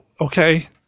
Okay